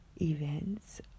events